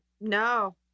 No